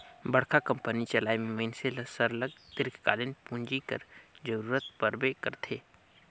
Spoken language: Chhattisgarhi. बड़का कंपनी चलाए में मइनसे ल सरलग दीर्घकालीन पूंजी कर जरूरत परबे करथे